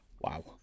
Wow